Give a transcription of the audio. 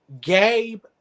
Gabe